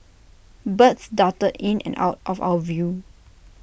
birds darted in and out of our view